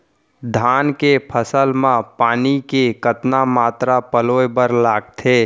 धान के फसल म पानी के कतना मात्रा पलोय बर लागथे?